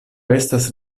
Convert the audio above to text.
estas